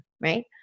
right